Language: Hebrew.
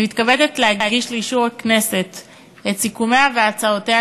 אני מתכבדת להגיש לאישור הכנסת את סיכומיה והצעותיה